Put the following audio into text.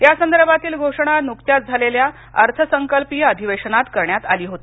यासंदर्भातील घोषणा नुकत्याच झालेल्या अर्थसंकल्पीय अधिवेशनात करण्यात आली होती